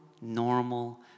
normal